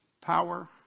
power